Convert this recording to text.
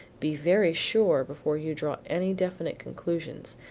be very sure before you draw any definite conclusions,